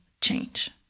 change